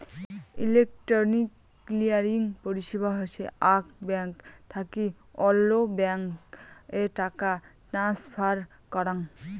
electronic clearing পরিষেবা হসে আক ব্যাঙ্ক থাকি অল্য ব্যাঙ্ক এ টাকা ট্রান্সফার করাঙ